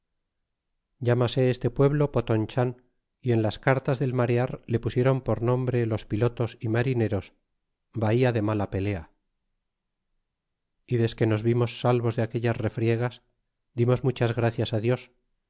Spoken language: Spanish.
llámase este pueblo potonchan y en las cartas del marear le pusieron por nombre los pilotos y marineros bahía de mala pelea y desque nos vimos salvos de aquellas refriegas dimos muchas gracias dios